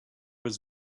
was